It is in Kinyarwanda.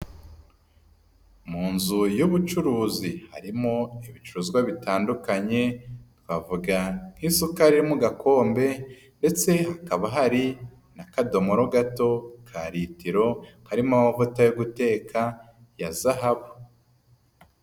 Mu nzu y'ubucuruzi harimo ibicuruzwa bitandukanye, twavuga nk'isukari iri mu gakombe ndetse hakaba hari n'akadomoro gato ka ritiro, karimo amavuta yo guteka ya Zahabu.